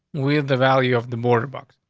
we have the value of the border bucks.